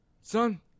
Son